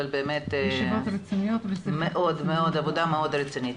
אבל עבודה מאוד רצינית.